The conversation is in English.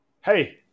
hey